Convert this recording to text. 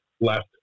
left